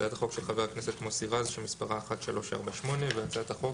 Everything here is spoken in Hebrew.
הצעת החוק של חבר הכנסת מוסי רז שמספרה 1348 והצעת חוק